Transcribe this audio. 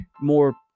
more